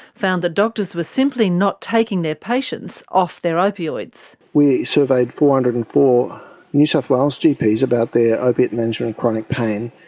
found that doctors were simply not taking their patients off their opioids. we surveyed four hundred and four new south wales gps about their opiate management of chronic pain,